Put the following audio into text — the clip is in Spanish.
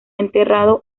enterrado